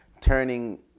turning